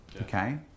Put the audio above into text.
okay